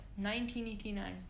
1989